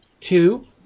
Two